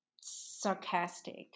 sarcastic